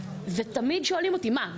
ותמיד שואלים אותי- מה,